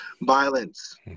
violence